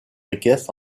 équestre